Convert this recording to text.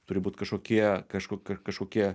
turi būt kažkokie kažkok kažkokie